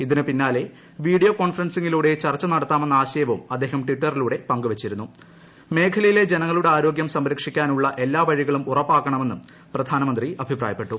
ഇതിനു പിന്നാലെ വീഡിയോ കോൺഫറൻസിലൂടെ ചർച്ച നടത്താമെന്ന ആശയവും അദ്ദേഹം ട്വിറ്ററിലൂടെ പങ്കു വച്ചിരുന്നു മേഖലയിലെ ജനങ്ങളുടെ ആരോഗ്യം സംരക്ഷിക്കാനുള്ള എല്ലാ വഴികളും ഉറപ്പാക്കണമെന്നും പ്രധാനമന്ത്രി അഭിപ്രായപ്പെട്ടും